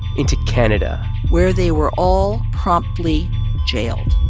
into canada where they were all promptly jailed